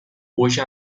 hoje